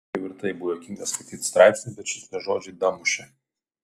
jau ir taip buvo juokinga skaityti straipsnį bet šitie žodžiai damušė